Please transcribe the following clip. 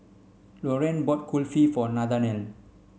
Lorrayne bought Kulfi for Nathanael